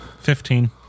Fifteen